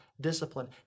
discipline